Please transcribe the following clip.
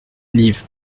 liv